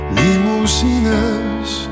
limousines